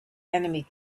enemy